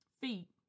feet